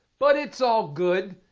but it's all good.